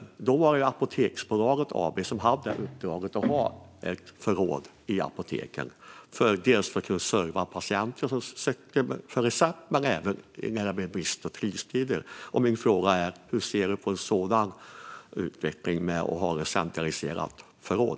Det var Apoteksbolaget AB som hade uppdraget att ha ett förråd för apoteken, dels för att kunna serva patienter som har recept, dels för att fungera i brist och kristider. Min fråga är: Hur ser du på en sådan utveckling - att ha ett centraliserat förråd?